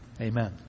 Amen